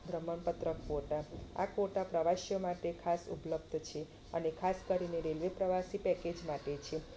પ્રમાણપત્ર કોટા આ કોટા પ્રવાસીઓ માટે ખાસ ઉપલબ્ધ છે અને ખાસ કરીને રેલવે પ્રવાસી પેકેજ માટે છે